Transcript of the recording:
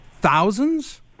thousands